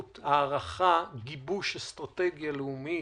הערכה וגיבוש אסטרטגיה לאומית,